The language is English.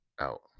out